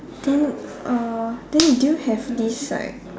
then uh then do you have this like